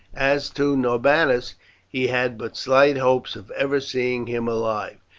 as to norbanus he had but slight hopes of ever seeing him alive.